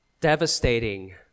devastating